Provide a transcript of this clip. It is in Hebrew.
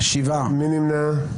מי נמנע?